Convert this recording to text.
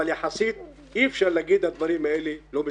אבל יחסית אי אפשר להגיד שהדברים האלה לא מתקיימים.